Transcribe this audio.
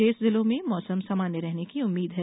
शेष जिलों में मौसम सामान्य रहने की उम्मीद है